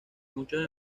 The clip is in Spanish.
muchos